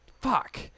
fuck